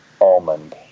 Almond